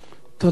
תודה.